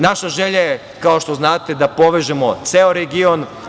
Naša želja je, kao što znate, da povežemo ceo region.